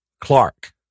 Clark